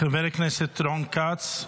חבר הכנסת רון כץ,